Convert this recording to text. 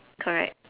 correct